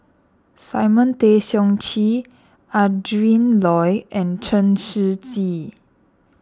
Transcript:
Simon Tay Seong Chee Adrin Loi and Chen Shiji